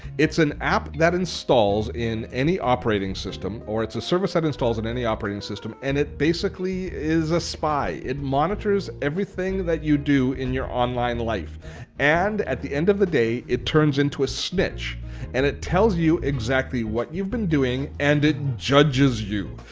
it's an app that installs in any operating system or it's a service that installs in every operating system and it basically is a spy. it monitors everything that you do in your online life and at the end of the day, it turns into a snitch and it tells you exactly what you've been doing and it judges you.